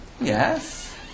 Yes